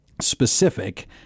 specific